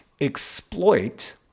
exploit